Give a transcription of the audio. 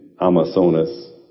Amazonas